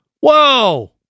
whoa